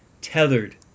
tethered